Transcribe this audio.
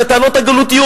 והטענות הגלותיות,